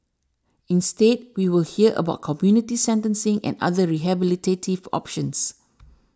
instead we will hear about community sentencing and other rehabilitative options